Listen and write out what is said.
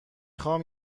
خوام